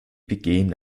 begehen